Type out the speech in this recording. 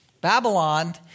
Babylon